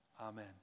Amen